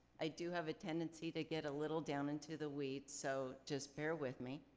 i do have a tendency to get a little down into the weeds so just bear with me